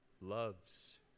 loves